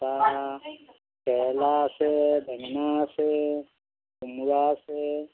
কেৰেলা কেৰেলা আছে বেঙেনা আছে কোমোৰা আছে